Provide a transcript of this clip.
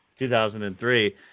2003